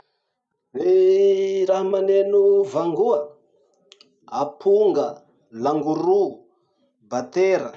Ny raha maneno vangoa: aponga, langoro, batera.